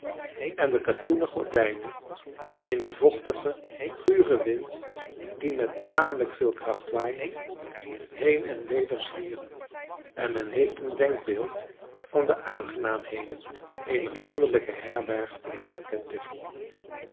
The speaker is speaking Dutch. en de katoenen gordijnen in den vochtigen guren wind die met tamelijk veel kracht waait heen en weder zwieren en men heeft een denkbeeld van de aangenaamheden eener landelijke herberg in